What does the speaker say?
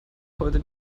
heute